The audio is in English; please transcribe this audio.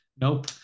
Nope